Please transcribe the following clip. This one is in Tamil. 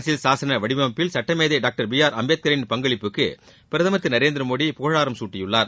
அரசியல் சாசன வடிவமைப்பில் சட்டமேதை டாக்டர் பி ஆர் அம்பேத்கரின் பங்களிப்புக்கு பிரதமர் திரு நரேந்திரமோடி புகழாரம் சூட்டியுள்ளார்